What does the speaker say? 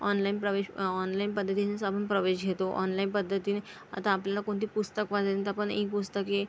online प्रवेश online पद्धतीनेच आपण प्रवेश घेतो ऑनलाईन पद्धतीने आता आपल्याला कोणती पुस्तक वाचायन तर आपण ई पुस्तके